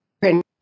print